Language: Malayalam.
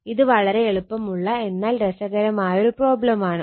ഇത് വളരെ എളുപ്പമുള്ള എന്നാൽ രസകരമായ ഒരു പ്രോബ്ലം ആണ്